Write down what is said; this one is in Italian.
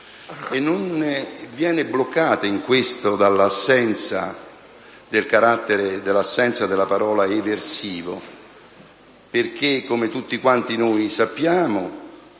e non viene bloccata in questo dall'assenza della parola «eversivo» perché, come tutti quanti noi sappiamo,